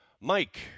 Mike